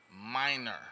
minor